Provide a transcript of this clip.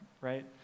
right